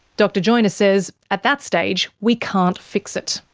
dr joiner says, at that stage we can't fix it.